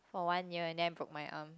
for one year and then I broke my arm